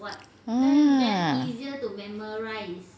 oh